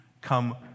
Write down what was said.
come